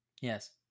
Yes